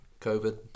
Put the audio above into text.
COVID